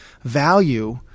Value